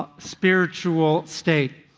ah spiritual state.